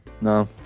No